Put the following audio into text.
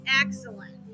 Excellent